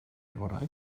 orau